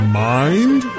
mind